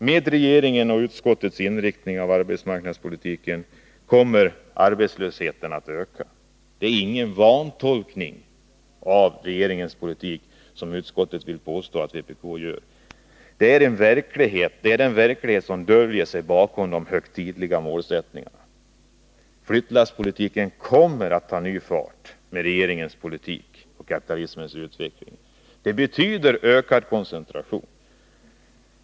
Med regeringens och utskottets inriktning av arbetsmarknadspolitiken kommer arbetslösheten att öka. Detta är inte en vantolkning av regeringens politik, som utskottet vill påstå att vpk gör. Det är den verklighet som döljer sig bakom de högtidliga målsättningarna. Flyttlasspolitiken kommer att ta ny fart med regeringens politik och kapitalismens utveckling. Det betyder ökad koncentration.